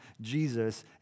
Jesus